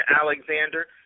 Alexander